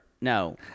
No